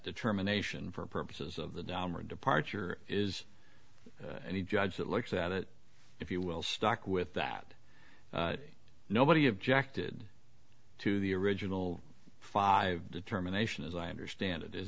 determination for purposes of the downward departure is any judge that looks at it if you will stuck with that nobody objected to the original five determination as i understand it is